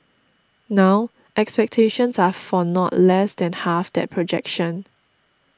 now expectations are for not less than half that projection